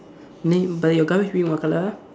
but your gun what colour ah